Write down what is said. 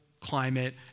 climate